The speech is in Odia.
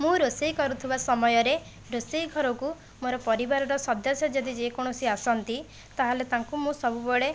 ମୁଁ ରୋଷେଇ କରୁଥିବା ସମୟରେ ରୋଷେଇ ଘରକୁ ମୋର ପରିବାରର ସଦସ୍ୟ ଯଦି ଯେକୌଣସି ଆସନ୍ତି ତା'ହେଲେ ତାଙ୍କୁ ମୁଁ ସବୁବେଳେ